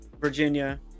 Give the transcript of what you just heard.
Virginia